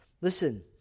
Listen